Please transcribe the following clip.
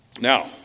Now